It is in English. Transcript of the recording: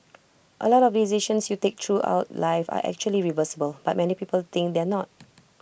A lot of decisions you take throughout life are actually reversible but many people think they're not